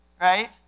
right